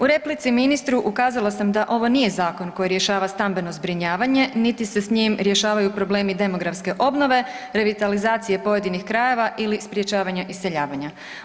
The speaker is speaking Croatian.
U replici ministru, ukazala sam da ovo nije zakon koji rješava stambeno zbrinjavanje niti se s njim rješavaju problemi demografske obnove, revitalizaciji pojedinih krajeva ili sprečavanje iseljavanja.